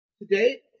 Today